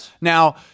Now